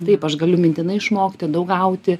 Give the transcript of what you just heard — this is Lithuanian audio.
taip aš galiu mintinai išmokti daug gauti